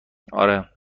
آره